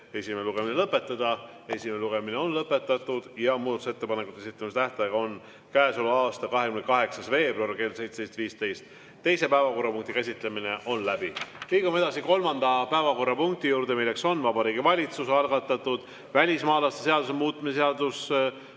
esimene lugemine lõpetada. Esimene lugemine on lõpetatud ja muudatusettepanekute esitamise tähtaeg on käesoleva aasta 28. veebruar kell 17.15. Teise päevakorrapunkti käsitlemine on läbi. Liigume kolmanda päevakorrapunkti juurde: Vabariigi Valitsuse algatatud välismaalaste seaduse muutmise seaduse